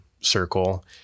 circle